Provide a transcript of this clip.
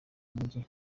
mujyi